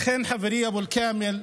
אכן, חברי אבו אל-כאמל,